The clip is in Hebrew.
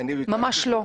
ממש לא.